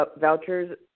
vouchers